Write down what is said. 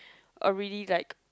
a really like